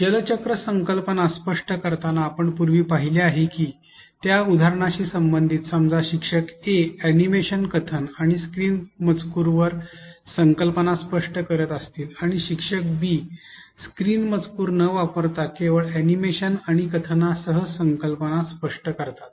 जल चक्र संकल्पना स्पष्ट करताना आपण पूर्वी पाहिले आहे की त्या उदाहरणाशी संबंधित समजा शिक्षक ए अॅनिमेशन कथन आणि स्क्रीन मजकूर वर संकल्पना स्पष्ट करीत असतील आणि शिक्षक बी स्क्रीन मजकूर न वापरता केवळ एनिमेशन आणि कथनसह संकल्पना स्पष्ट करतात